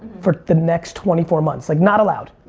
for the next twenty four months. like not allowed.